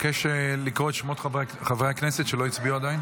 נגד אבקש לקרוא בשמות חברי הכנסת שעדיין לא הצביעו.